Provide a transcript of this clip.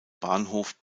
bahnhof